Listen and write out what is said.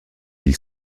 ils